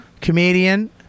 comedian